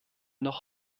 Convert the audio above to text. noch